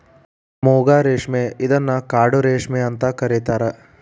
ಮೂಗಾ ರೇಶ್ಮೆ ಇದನ್ನ ಕಾಡು ರೇಶ್ಮೆ ಅಂತ ಕರಿತಾರಾ